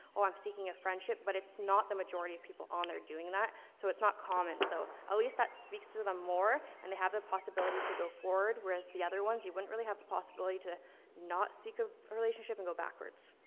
oh, i'm seeking a friendship, but it's not the majority of people on there doing that. so it's not common, so at least that speaks to them more, and they have the possibility to go forward. whereas the other ones, you wouldn't really have the possibility to not seek a relationship and go backwards.